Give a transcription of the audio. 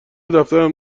دفترم